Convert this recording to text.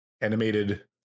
animated